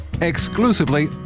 exclusively